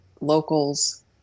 locals